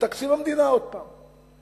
מתקציב המדינה עוד פעם.